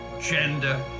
gender